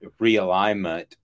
realignment